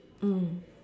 mm